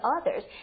others